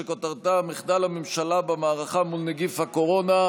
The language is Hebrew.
שכותרתה: מחדל הממשלה במערכה מול נגיף הקורונה.